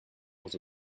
aux